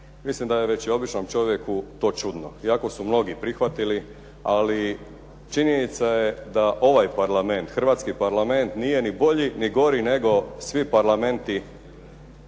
mislim da je i običnom čovjeku to čudno. Iako su mnogi prihvatili, ali činjenica je da ovaj Parlament, Hrvatski parlament nije ni bolji ni gori nego svi Parlamenti